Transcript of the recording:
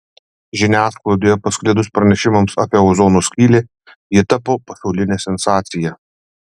žiniasklaidoje pasklidus pranešimams apie ozono skylę ji tapo pasauline sensacija